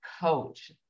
coach